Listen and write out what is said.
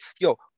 yo